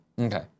Okay